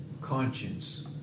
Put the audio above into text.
conscience